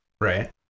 Right